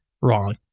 wrong